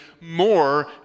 more